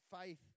faith